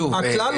שוב,